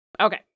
Okay